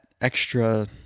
extra